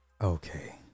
Okay